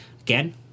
Again